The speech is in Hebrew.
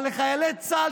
אבל בחיילי צה"ל,